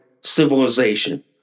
civilization